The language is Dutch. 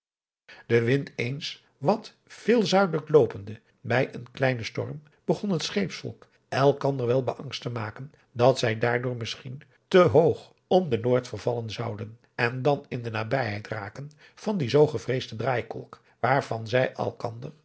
de wind eens wat veel zuidelijk loopende bij een kleinen storm begon het scheepsvolk adriaan loosjes pzn het leven van johannes wouter blommesteyn elkander wel beangst te maken dat zij daardoor misschien te hoog om den noord vervallen zouden en dan in de nabijheid raken van die zoo gevreesde draaikolk waarvan zij elkander